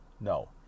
No